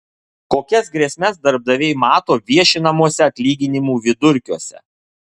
kokias grėsmes darbdaviai mato viešinamuose atlyginimų vidurkiuose